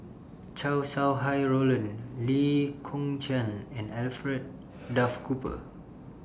Chow Sau Hai Roland Lee Kong Chian and Alfred Duff Cooper